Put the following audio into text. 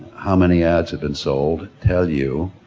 how many ads have been sold tell you